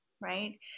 Right